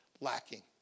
lacking